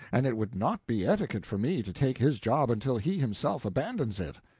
and it would not be etiquette for me to take his job until he himself abandons it.